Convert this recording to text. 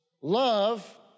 Love